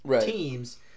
teams